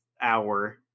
hour